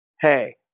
hey